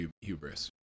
hubris